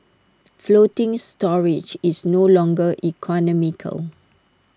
floating storage is no longer economical